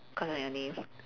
cause of your name